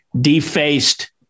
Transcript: defaced